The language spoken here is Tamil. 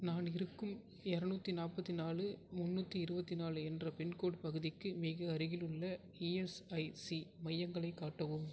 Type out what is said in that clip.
நான் இருக்கும் இரநூற்றி நாற்பத்திநாலு முண்ணுற்றி இருபத்தி நாலு என்ற பின்கோட் பகுதிக்கு மிக அருகிலுள்ள இஎஸ்ஐசி மையங்களைக் காட்டவும்